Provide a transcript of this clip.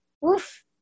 woof